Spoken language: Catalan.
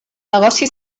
negoci